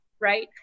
right